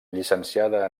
llicenciada